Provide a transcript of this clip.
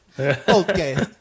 Okay